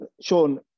Sean